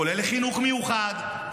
כולל לחינוך המיוחד,